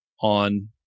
on